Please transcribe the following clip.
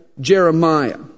Jeremiah